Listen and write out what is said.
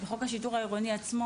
בחוק השיטור העירוני עצמו,